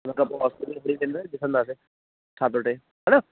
हुन खां पोइ ॾिसंदासीं छा थो थिए हा न